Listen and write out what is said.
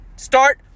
Start